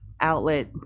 outlet